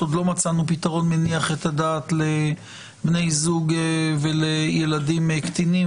עוד לא מצאנו פתרון מניח את הדעת לבני זוג ולילדים קטינים